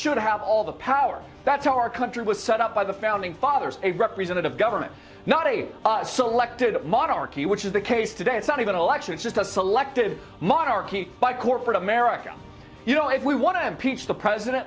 should have all the power that's how our country was set up by the founding fathers a representative government not a selective monarchy which is the case today it's not even election it's just a selective monarchy by corporate america you know if we want to impeach the president